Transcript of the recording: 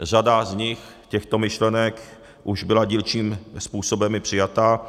Řada těchto myšlenek už byla dílčím způsobem i přijata.